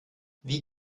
wie